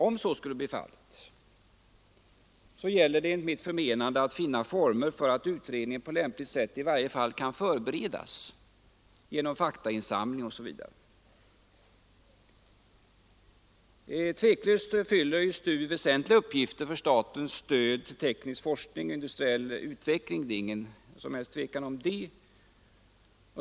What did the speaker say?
Om så skulle bli fallet gäller det enligt mitt förmenande att finna former för att utredningen på lämpligt sätt i varje fall kan förberedas genom faktainsamling osv. STU fyller väsentliga uppgifter för statens stöd till teknisk forskning och industriell utveckling, det är inget som helst tvivel om det.